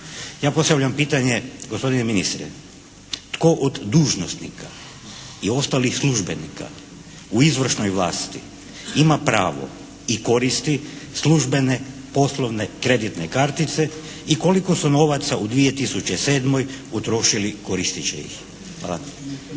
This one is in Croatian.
Ja postavljam pitanje, gospodine ministre, tko od dužnosnika i ostalih službenika u izvršnoj vlasti ima pravo i koristi službene poslovne kreditne kartice i koliko su novaca u 2007. utrošili koristeći ih? Hvala.